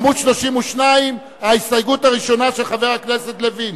עמוד 32, ההסתייגות הראשונה של חבר הכנסת לוין,